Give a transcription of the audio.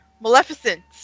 Maleficent